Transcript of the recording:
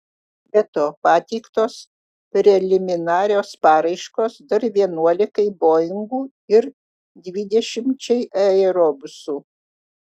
be to pateiktos preliminarios paraiškos dar vienuolikai boingų ir dvidešimčiai aerobusų